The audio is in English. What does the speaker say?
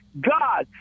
God